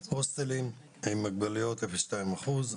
הוסטלים עם מוגבלויות - 0.2 אחוז,